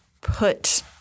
put